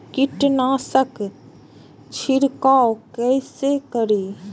कीट नाशक छीरकाउ केसे करी?